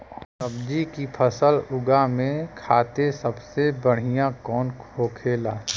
सब्जी की फसल उगा में खाते सबसे बढ़ियां कौन होखेला?